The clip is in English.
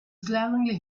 glaringly